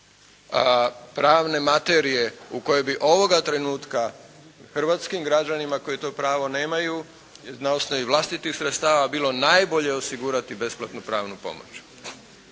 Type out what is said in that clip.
pravne materije u koje bi ovoga trenutka hrvatskim građanima koji to pravo nemaju na osnovi vlastitih sredstava bilo najbolje osigurati besplatnu pravnu pomoć.